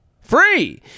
Free